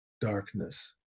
darkness